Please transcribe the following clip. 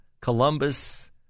Columbus